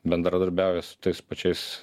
bendradarbiauja su tais pačiais